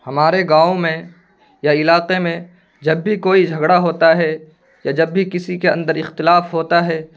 ہمارے گاؤں میں یا علاقے میں جب بھی کوئی جھگڑا ہوتا ہے یا جب بھی کسی کے اندر اختلاف ہوتا ہے